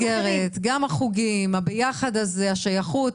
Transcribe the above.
גם המסגרת, גם החוגים, הביחד הזה, השייכות.